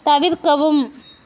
தவிர்க்கவும்